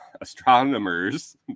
astronomers